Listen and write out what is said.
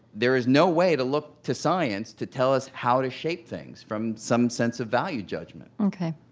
there is no way to look to science to tell us how to shape things from some sense of value judgment ok.